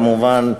כמובן,